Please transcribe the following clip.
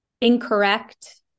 incorrect